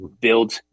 build